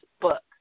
book